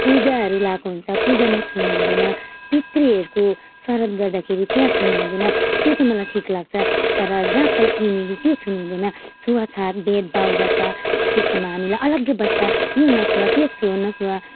पूजाहरू लगाएको हुन्छ पूजामा छुनु हुँदैन पितृहरूको श्राद्ध गर्दाखेरि त्यहाँ छुनु हुँदैन त्यो चाहिँ मलाई ठिक लाग्छ तर जहाँ पायो त्यहीँनेरि त्यो छुनु हुँदैन छुवाछुत भेद भाव गर्छ त्यस्तोमा हामीलाई अलग्गै बस्छ यो न छुअ त्यो छु न छुअ